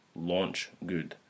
launchgood